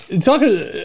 talk